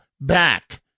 back